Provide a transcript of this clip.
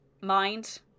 mind